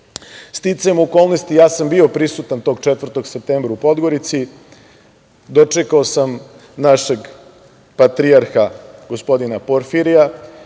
okolnosti ja sam bio prisutan tog 4. septembra u Podgorici, dočekao sam našeg patrijarha, gospodina, Porfirija